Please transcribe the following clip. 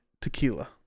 tequila